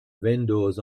vendors